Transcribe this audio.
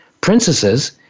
princesses